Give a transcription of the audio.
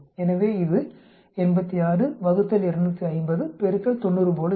எனவே இது 86 ÷ 250 90 போல இருக்கும்